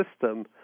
system